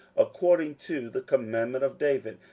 according to the commandment of david,